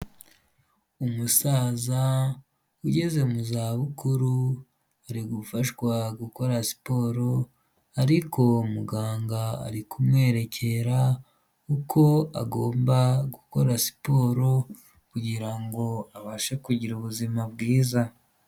Umusaza ugeze mu za bukuru ari gufashwa gukora siporo ariko muganga ari kumwerekera uko agomba gukora siporo, kugira ngo abashe kugira ubuzima bwiza.